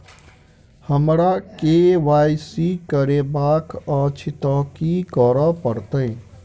हमरा केँ Y C करेवाक अछि तऽ की करऽ पड़तै?